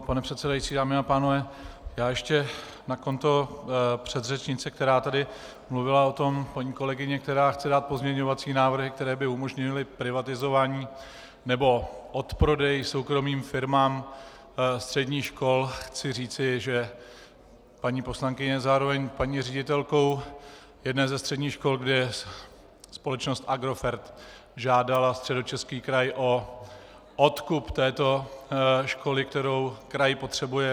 Pane předsedající, dámy a pánové, ještě na konto předřečnice, která chce dát pozměňovací návrhy, které by umožnily privatizování nebo odprodej soukromým firmám středních škol, chci říci, že paní poslankyně je zároveň paní ředitelkou jedné ze středních škol, kde společnost Agrofert žádala Středočeský kraj o odkup této školy, kterou kraj potřebuje.